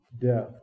death